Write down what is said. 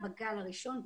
בשיא הגל הראשון,